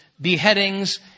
beheadings